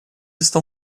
estão